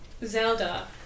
Zelda